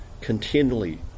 continually